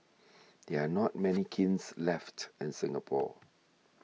there are not many kilns left in Singapore